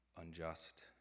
unjust